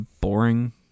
boring